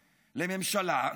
לממשלה,